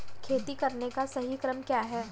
खेती करने का सही क्रम क्या है?